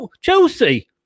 Chelsea